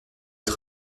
pas